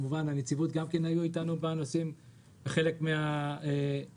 כמובן גם אנשי הנציבות היו אתנו בחלק מן הרביזיה.